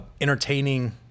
entertaining